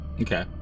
okay